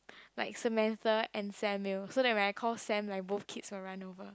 like Samantha and Samuel so then when I call Sam right like both kids will run over